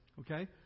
okay